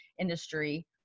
industry